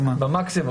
הכול בסדר.